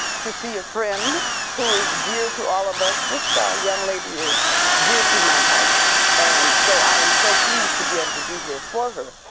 to see a friend who is dear to all of us. this ah young lady is dear to my heart and so i am so pleased to be able to be here for her,